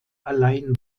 allein